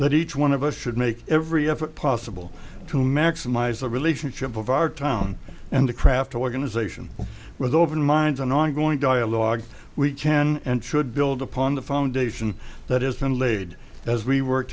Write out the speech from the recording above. that each one of us should make every effort possible to maximize the relationship of our town and to craft organization with open minds an ongoing dialogue we can and should build upon the foundation that has been laid as we work